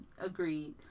agreed